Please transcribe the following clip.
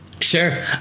sure